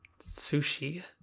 sushi